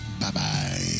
Bye-bye